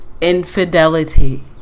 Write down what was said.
Infidelity